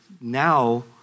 now